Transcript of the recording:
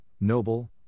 noble